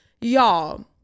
Y'all